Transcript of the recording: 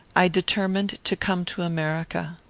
i determined to come to america.